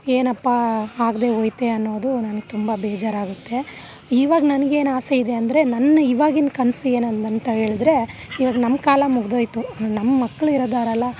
ಏನಪ್ಪ ಆಗ್ದೇ ಹೋಯ್ತೆ ಅನ್ನೋದು ನನಗೆ ತುಂಬ ಬೇಜಾರಾಗುತ್ತೆ ಇವಾಗ ನನಗೇನು ಆಸೆ ಇದೆ ಅಂದರೆ ನನ್ನ ಇವಾಗಿನ ಕನಸು ಏನು ಅಂದು ಅಂತ ಹೇಳಿದ್ರೆ ಇವಾಗ ನಮ್ಮ ಕಾಲ ಮುಗ್ದೋಯ್ತು ನಮ್ಮಕ್ಳು ಇರದ್ದಾರಲ್ಲ